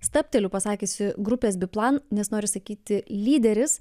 stabteliu pasakiusi grupės biplan nes noriu sakyti lyderis